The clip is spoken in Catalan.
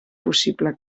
possible